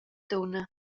dunna